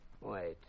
Wait